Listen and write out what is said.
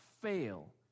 fail